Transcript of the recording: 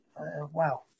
wow